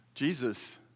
Jesus